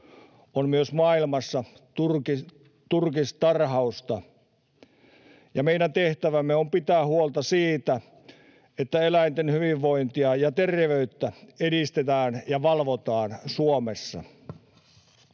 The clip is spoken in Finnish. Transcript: on myös maailmassa turkistarhausta, ja meidän tehtävämme on pitää huolta siitä, että eläinten hyvinvointia ja terveyttä edistetään ja valvotaan Suomessa.